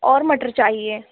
اور مٹر چاہیے